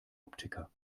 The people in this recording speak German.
optiker